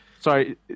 Sorry